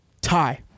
tie